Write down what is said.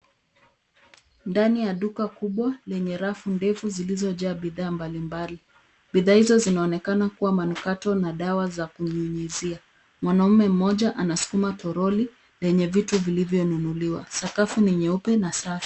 Ndani ya duka kubwa lenye rafu ndefu zilizojaa bidhaa mbalimbali. Bidhaa hizo zinaonekana kuwa manukato na dawa za kunyunyuzia. Mwanaume mmoja anasukuma toroli lenye vitu vilivyonunuliwa. Sakafu ni nyeupe na safi.